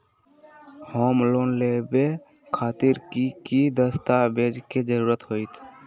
Home loan लेबे खातिर की की दस्तावेज के जरूरत होतई?